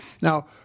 Now